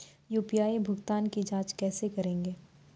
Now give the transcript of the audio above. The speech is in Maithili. यु.पी.आई भुगतान की जाँच कैसे करेंगे?